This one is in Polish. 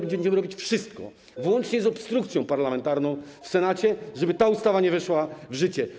Będziemy robić wszystko, włącznie z obstrukcją parlamentarną w Senacie, żeby ta ustawa nie weszła w życie.